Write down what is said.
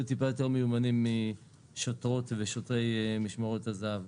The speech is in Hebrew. טיפה יותר מיומנים משוטרות ושוטרי משמרות הזה"ב.